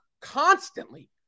constantly –